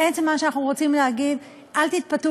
בעצם מה שאנחנו רוצים להגיד: אל תתפתו